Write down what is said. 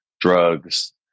drugs